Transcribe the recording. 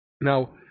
Now